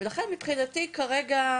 ולכן מבחינתי כרגע,